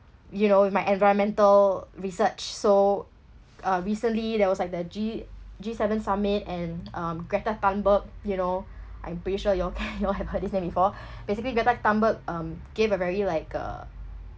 you know with my environmental research so uh recently there was like the G G seven summit and um greta thunberg you know I'm pretty sure you all you all have heard this name before basically greta thunberg um gave a very like uh